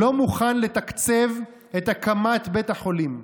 "לא מוכן לתקצב את הקמת בית החולים,